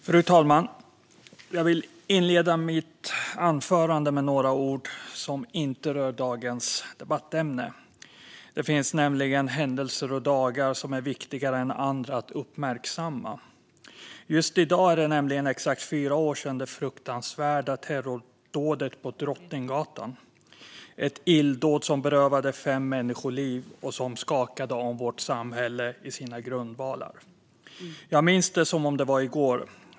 Fru talman! Jag vill inleda mitt anförande med några ord som inte rör dagens debattämne. Det finns nämligen händelser och dagar som är viktigare än andra att uppmärksamma. Just i dag är det exakt fyra år sedan det fruktansvärda terrordådet på Drottninggatan, ett illdåd som berövade fem människor livet och som skakade om vårt samhälle i sina grundvalar. Jag minns det som om det var i går.